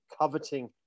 coveting